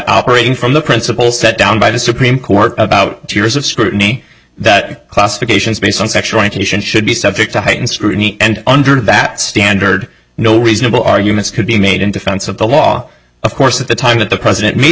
operating from the principles set down by the supreme court about two years of scrutiny that classifications based on sexual education should be subject to hate and scrutiny and under that standard no reasonable arguments could be made in defense of the law of course at the time that the president made